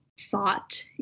thought